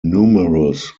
numerous